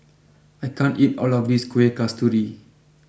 I can't eat all of this Kueh Kasturi